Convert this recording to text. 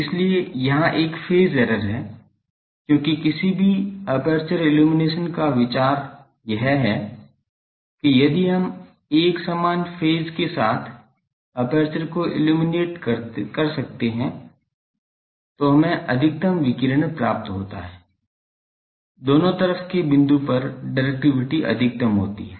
इसलिए यहां एक फेज एरर है क्योंकि किसी भी एपर्चर इल्लुमिनेशन का विचार यह है कि यदि हम एक समान फेज के साथ एपर्चर को इल्लुमिनेशन कर सकते हैं तो हमें अधिकतम विकिरण प्राप्त होता है दोनों तरफ के बिंदु पर डिरेक्टिविटी अधिकतम होती है